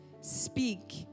speak